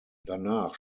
danach